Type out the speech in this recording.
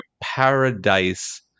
paradise